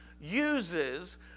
uses